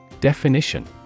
Definition